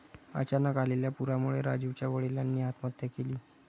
अचानक आलेल्या पुरामुळे राजीवच्या वडिलांनी आत्महत्या केली